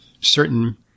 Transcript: certain